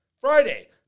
Friday